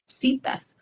citas